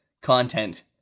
content